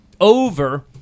over